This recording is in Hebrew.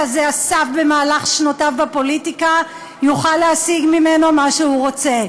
הזה אסף במהלך שנותיו בפוליטיקה יוכל להשיג ממנו מה שהוא רוצה.